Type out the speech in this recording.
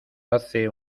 hace